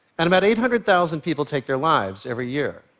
and about eight hundred thousand people take their lives every year.